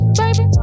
baby